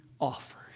offers